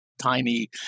tiny